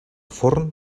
forn